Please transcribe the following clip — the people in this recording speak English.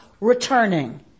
returning